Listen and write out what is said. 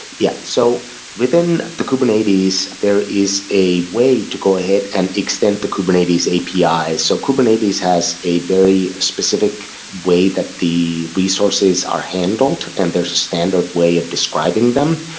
yeah. so within the kubernetes there is a way to go ahead and extend the kubernetes api. so kubernetes has a very specific way that the resources are handled and there's a standard way of describing them.